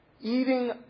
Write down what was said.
eating